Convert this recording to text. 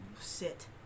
sit